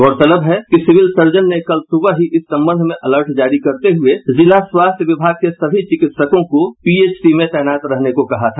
गौरतलब है कि सिविल सर्जन ने कल सुवह ही इस संबंध में अलर्ट जारी करते हुए जिला स्वास्थ्य विभाग के सभी चिकित्सकों को पीएचसी में तैनात रहने को कहा था